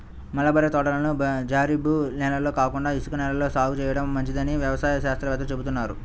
mulberry తోటలను జరీబు నేలల్లో కాకుండా ఇసుక నేలల్లో సాగు చేయడం మంచిదని వ్యవసాయ శాస్త్రవేత్తలు చెబుతున్నారు